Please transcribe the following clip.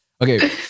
Okay